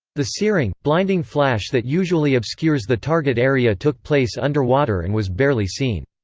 the searing, blinding flash that usually obscures the target area took place underwater and was barely seen.